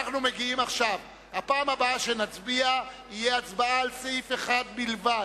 בפעם הבאה שנצביע, תהיה הצבעה על סעיף 1 בלבד.